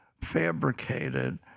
fabricated